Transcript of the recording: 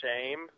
shame